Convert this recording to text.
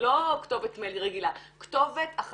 לא כתובת מייל רגילה.